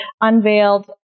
unveiled